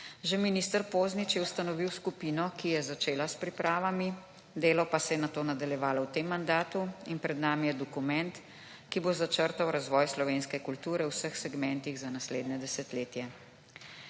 Že minister Poznič je ustanovil skupino, ki je začela s pripravami, delo pa se je nato nadaljevalo v tem mandatu in pred nami je dokument, ki bo začrtal razvoj slovenske kulture v vseh segmentih za naslednje desetletje.